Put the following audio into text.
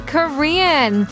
Korean